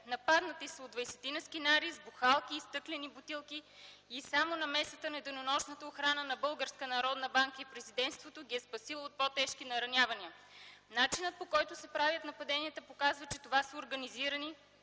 Нападнати са от 20-ина скинари с бухалки и стъклени бутилки и само намесата на денонощната охрана на Българска народна банка и на Президентството ги е спасило от по-тежки наранявания. Начинът, по който се правят нападенията, показва, че това са организирани,